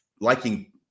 liking